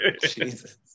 Jesus